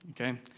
okay